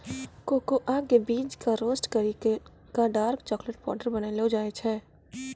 cocoa के बीज कॅ रोस्ट करी क डार्क चाकलेट पाउडर बनैलो जाय छै